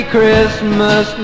Christmas